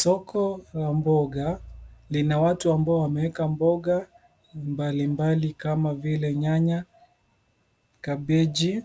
Soko la mboga lina watu ambao wameweka mboga mbali mbali kama vile nyanya, kabeji